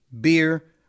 beer